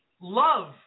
love